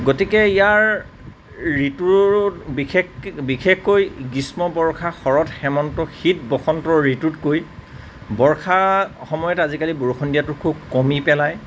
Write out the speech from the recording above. গতিকে ইয়াৰ ঋতুৰ বিশেষ বিশেষকৈ গ্ৰীষ্ম বৰ্ষা শৰৎ হেমন্ত শীত বসন্ত ঋতুতকৈ বৰ্ষা সময়ত আজিকালি বৰষুণ দিয়াটো খুব কমি পেলাই